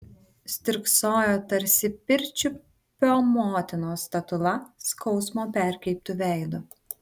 stirksojo tarsi pirčiupio motinos statula skausmo perkreiptu veidu